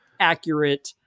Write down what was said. accurate